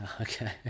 Okay